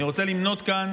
אני רוצה למנות כאן